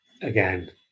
again